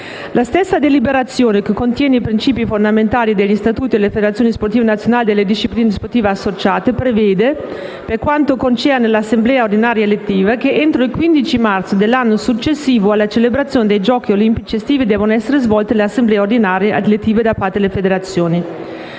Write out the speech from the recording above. La stessa deliberazione, che contiene i principi fondamentali degli statuti delle federazioni sportive nazionali e delle discipline sportive associate, prevede, per quanto concerne l'assemblea ordinaria elettiva, che entro il 15 marzo dell'anno successivo alla celebrazione dei giochi olimpici estivi debbano essere svolte le assemblee ordinarie elettive da parte delle federazioni